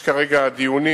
יש כרגע דיונים.